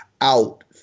out